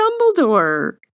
Dumbledore